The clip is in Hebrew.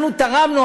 אנחנו תרמנו,